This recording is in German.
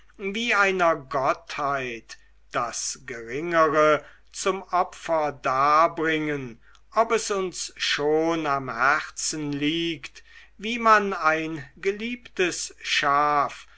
wie einer gottheit das geringere zum opfer darbringen ob es uns schon am herzen liegt wie man ein geliebtes schaf